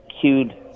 cued